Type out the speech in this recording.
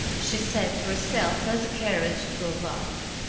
she said to herself as the carriage drove off.